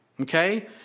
Okay